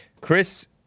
Chris